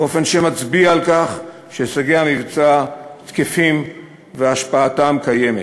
שמצביע על כך שהישגי המבצע תקפים והשפעתם קיימת.